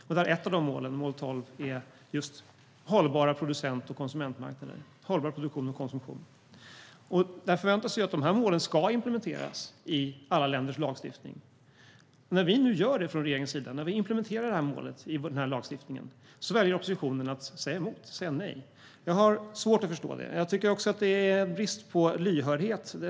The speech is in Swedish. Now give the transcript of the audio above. Ett av de målen, nämligen mål 12, är just hållbara konsument och producentmarknader - hållbar produktion och konsumtion. Det förväntas ju att målen ska implementeras i alla länders lagstiftning, och när vi från regeringens sida nu implementerar detta mål i lagstiftningen väljer oppositionen att säga emot och säga nej. Jag har svårt att förstå det. Jag tycker också att det visar på brist på lyhördhet.